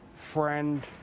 friend